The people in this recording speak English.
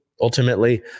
ultimately